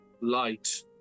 light